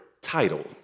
title